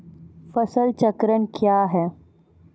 फसल चक्रण कया हैं?